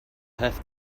have